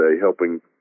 helping